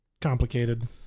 complicated